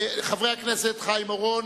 חבר הכנסת חיים אורון,